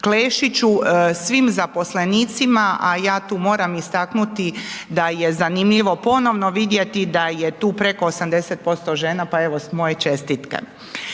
Klešiću, svim zaposlenicima, a ja tu moram istaknuti da je zanimljivo ponovno vidjeti da je tu preko 80% žena, pa evo moje čestitke.